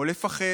או לפחד.